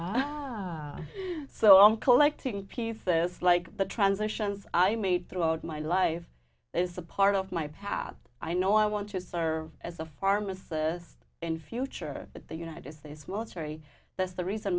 so i'm collecting pieces like the transitions i made throughout my life is a part of my path i know i want to serve as a pharmacist in future but the united states military that's the reason